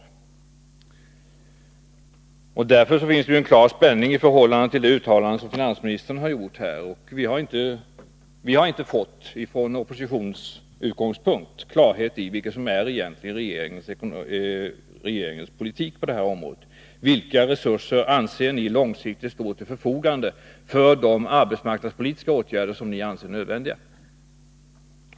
Därför finns det en klar spänning i förhållande till det uttalande som finansministern här har gjort. Vi har från oppositionens utgångspunkt inte fått klarhet i vilken regeringens politik på detta område egentligen är. Vilka resurser anser ni långsiktigt står till förfogande för de arbetsmarknadspolitiska åtgärder som ni anser nödvändiga?